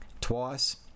twice